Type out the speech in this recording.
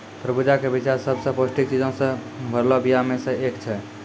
तरबूजा के बिच्चा सभ से पौष्टिक चीजो से भरलो बीया मे से एक छै